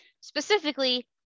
Specifically